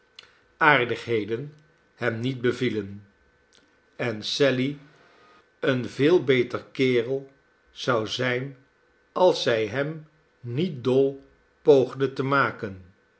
heden hem niet bevielen en sally een veel beter kerel zou zijn als zij hem niet dol poogde te maken